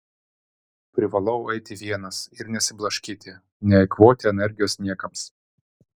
privalau eiti vienas ir nesiblaškyti neeikvoti energijos niekams